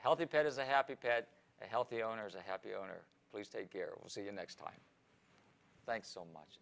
healthy pet is a happy pad a healthy owners a happy owner please take care we'll see you next time thanks so much